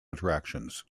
attractions